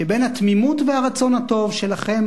שבין התמימות והרצון הטוב שלכם,